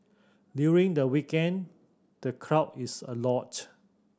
during the weekend the crowd is a lot